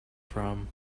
from